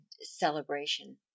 celebration